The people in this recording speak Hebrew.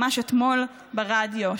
ממש אתמול ברדיו.